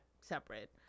separate